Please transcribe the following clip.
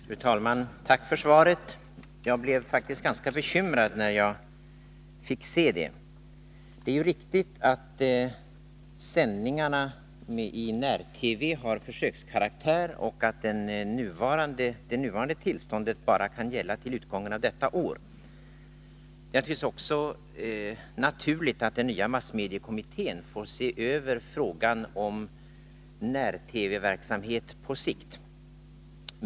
Fru talman! Tack för svaret. Jag blev faktiskt ganska bekymrad när jag fick se det. Det är riktigt att sändningarna i när-TV har försökskaraktär och att det nuvarande tillståndet bara kan gälla till utgången av detta år. Det är också naturligt att den nya massmediekommittén får se över frågan om när-TV-verksamhet på sikt.